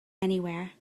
anywhere